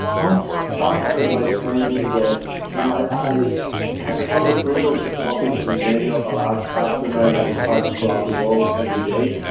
i would start and by saying that you know i i have the privilege of talking to many of our large customers enterprises throughout the world every day,